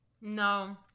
No